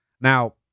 Now